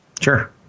Sure